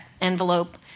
envelope